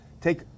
take